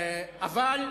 אבל,